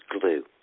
glue